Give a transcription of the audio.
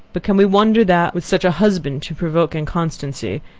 but can we wonder that, with such a husband to provoke inconstancy,